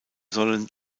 sollen